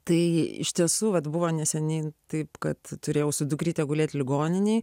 tai iš tiesų vat buvo neseniai taip kad turėjau su dukryte gulėti ligoninėje